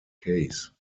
case